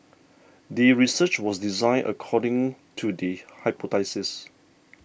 the research was designed according to the hypothesis